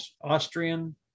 Austrian